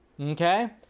okay